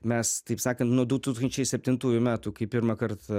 mes taip sakan nuo du tūkstančiai septintųjų metų kai pirmą kartą